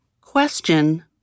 Question